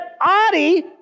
Adi